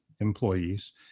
employees